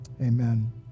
Amen